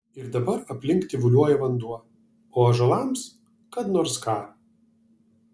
ir dabar aplink tyvuliuoja vanduo o ąžuolams kad nors ką